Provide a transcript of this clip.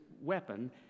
weapon